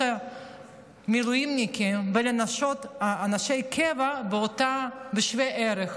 המילואימניקים ולנשות אנשי הקבע בשווה ערך,